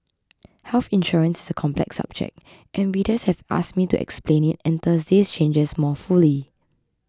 health insurance is a complex subject and readers have asked me to explain it and Thursday's changes more fully